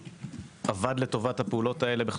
שעבד לטובת הפעולות האלה,